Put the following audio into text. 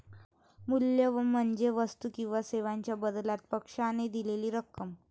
मूल्य म्हणजे वस्तू किंवा सेवांच्या बदल्यात पक्षाने दिलेली रक्कम